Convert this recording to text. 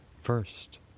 first